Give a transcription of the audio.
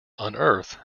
unearthed